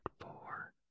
four